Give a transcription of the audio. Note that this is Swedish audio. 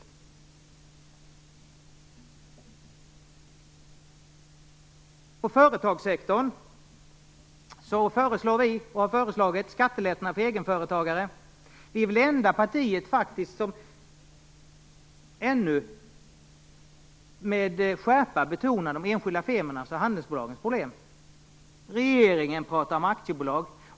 Vad gäller företagssektorn har vi föreslagit skattelättnader för egenföretagare. Vi är faktiskt det enda parti som ännu med skärpa betonar de enskilda firmornas och handelsbolagens problem. Regeringen pratar om aktiebolag.